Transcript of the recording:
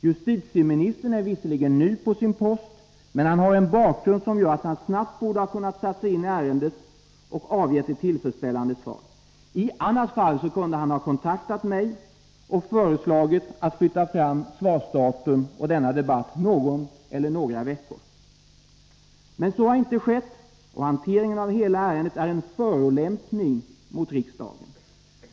Justitieministern är visserligen ny på sin post, men han har en bakgrund som gör att han snabbt borde ha kunnat sätta sig in i ärendet och avge ett tillfredsställande svar. I annat fall kunde han ha kontaktat mig och föreslagit att vi skulle flytta fram svarsdatum och denna debatt någon eller några veckor. Men så har inte skett, och hanteringen av hela ärendet är en förolämpning mot riksdagen.